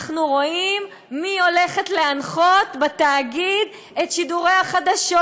אנחנו רואים מי הולכת להנחות בתאגיד את שידורי החדשות,